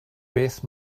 beth